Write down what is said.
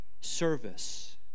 service